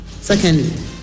Secondly